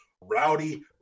rowdy